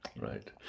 Right